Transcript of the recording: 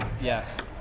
Yes